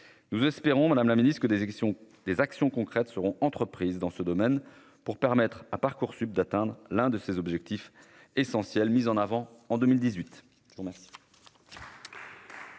nous espérons, Madame la Ministre, que des actions des actions concrètes seront entreprises dans ce domaine pour permettre à Parcoursup d'atteindre l'un de ses objectifs essentiels mise en avant en 2018,